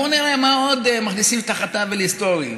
בואו נראה מה עוד מכניסים תחת עוול היסטורי,